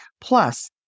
Plus